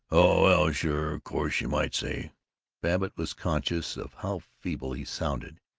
oh, well sure course you might say babbitt was conscious of how feeble he sounded,